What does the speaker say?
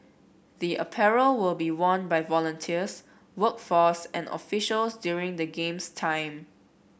the apparel will be worn by volunteers workforce and officials during the Games time